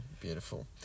beautiful